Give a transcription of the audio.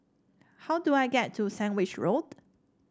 how do I get to Sandwich Road